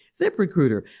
ZipRecruiter